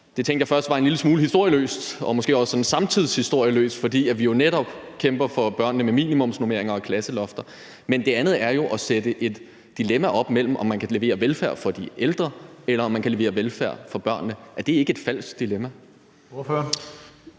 Det tænkte jeg først var en lille smule historieløst og måske også sådan samtidshistorieløst, fordi vi jo netop kæmper for børnene med minimumsnormeringer og klasselofter, men dernæst er den anden ting i det, at det jo sætter et dilemma op mellem, om man kan levere velfærd for de ældre eller man kan levere velfærd for børnene. Er det ikke et falsk dilemma?